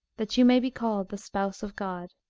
that you may be called the spouse of god.